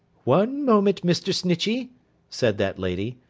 one moment, mr. snitchey said that lady.